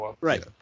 right